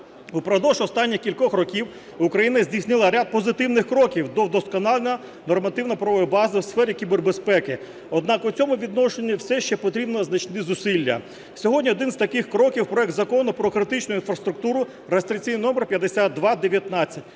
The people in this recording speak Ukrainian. Упродовж останніх кількох років Україна здійснила ряд позитивних кроків до вдосконалення нормативно-правової бази в сфері кібербезпеки. Однак у цьому відношенні все ще потрібні значні зусилля. Сьогодні один з таких кроків – проект Закону про критичну інфраструктуру (реєстраційний номер 5219).